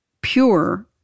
pure